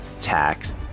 tax